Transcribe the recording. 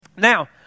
Now